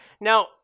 Now